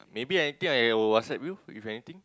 maybe I think I WhatsApp's you if anything